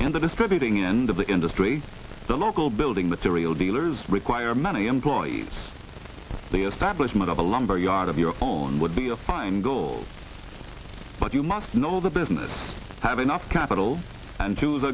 in the distributing end of the industry the local building material dealers require many employees the establishment of a lumber yard of your own would be a fine gold but you must know the business have enough capital and